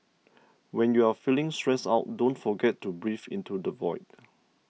when you are feeling stressed out don't forget to breathe into the void